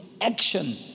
action